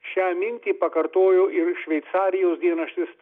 šią mintį pakartojo ir šveicarijos dienraštis